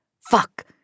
Fuck